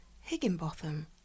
Higginbotham